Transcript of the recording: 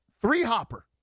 three-hopper